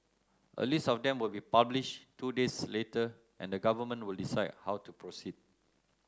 a list of them will be published two days later and the government will decide how to proceed